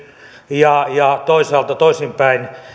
ja ja toisaalta toisinpäin